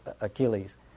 Achilles